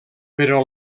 però